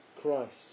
Christ